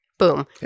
boom